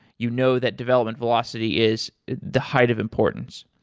you know that development velocity is the height of importance.